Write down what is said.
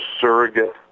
surrogate